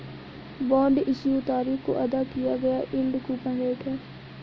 bond issue तारीख को अदा किया गया यील्ड कूपन रेट है